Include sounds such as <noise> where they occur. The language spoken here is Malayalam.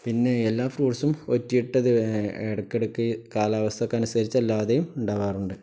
പിന്നെ എല്ലാ ഫ്രൂട്ട്സും <unintelligible> ഇടയ്ക്കിടയ്ക്ക് കാലാവസ്ഥയ്ക്കനുസരിച്ചും അല്ലാതെയുമുണ്ടാകാറുണ്ട്